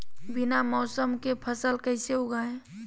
बिना मौसम के फसल कैसे उगाएं?